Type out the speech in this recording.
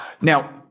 Now